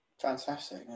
Fantastic